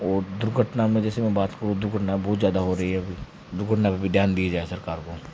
और दुर्घटना में जैसे मैं बात को दुर्घटना बहुत ज़्यादा हो रही है अभी दुर्घटना पर ध्यान दी जाए सरकार को